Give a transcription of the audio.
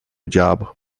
diabo